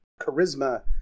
charisma